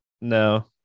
No